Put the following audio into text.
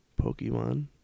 Pokemon